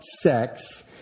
sex